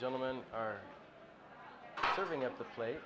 gentlemen are serving up to play